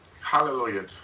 Hallelujah